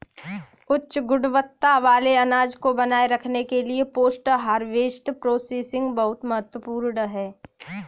उच्च गुणवत्ता वाले अनाज को बनाए रखने के लिए पोस्ट हार्वेस्ट प्रोसेसिंग बहुत महत्वपूर्ण है